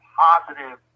positive